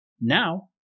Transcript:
Now